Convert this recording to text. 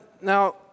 now